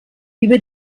über